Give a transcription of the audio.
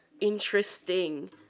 interesting